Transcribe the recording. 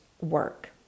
work